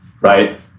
right